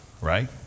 right